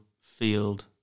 Field